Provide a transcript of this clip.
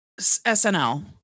snl